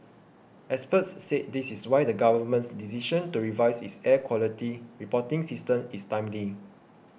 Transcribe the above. experts said this is why the Government's decision to revise its air quality reporting system is timely